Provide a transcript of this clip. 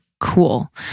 Cool